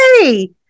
Hey